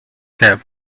cab